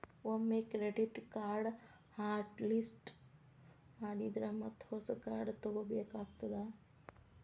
ಒಮ್ಮೆ ಕ್ರೆಡಿಟ್ ಕಾರ್ಡ್ನ hot list ಮಾಡಿದ್ರ ಮತ್ತ ಹೊಸ ಕಾರ್ಡ್ ತೊಗೋಬೇಕಾಗತ್ತಾ